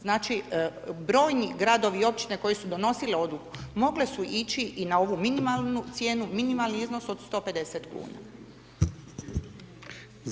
Znači brojni gradovi i općine koje su donosile odluku mogle su ići i na ovu minimalnu cijenu, minimalni iznos od 150 kuna.